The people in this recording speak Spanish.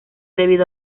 debido